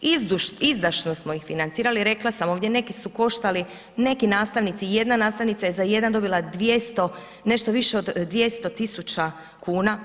Izdašno smo ih financirali, rekla sam, ovdje neki su koštali, neki nastavnici, jedan nastavnica je za jedan dobila 200, nešto više od 200 tisuća kuna.